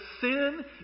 sin